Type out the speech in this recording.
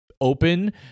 open